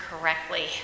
correctly